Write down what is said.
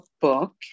book